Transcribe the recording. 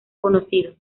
conocidos